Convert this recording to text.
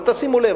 אבל תשימו לב,